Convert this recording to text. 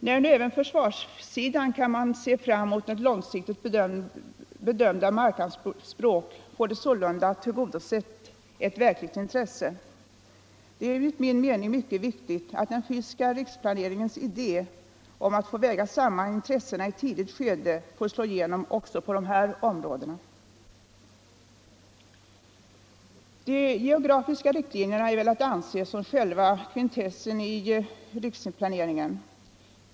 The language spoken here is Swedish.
När man nu även på försvarssidan kan se framåt mot långsiktigt bedömda markanspråk får det anses att man har tillgodosett ett verkligt intresse. Det är enligt min mening mycket viktigt att den fysiska riksplaneringens idé om att väga samman intressena i ett tidigt skede får slå igenom också på de här områdena. De geografiska riktlinjerna har jag velat anse som själva kvintessensen i riksplaneringen.